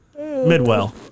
Midwell